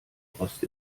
rost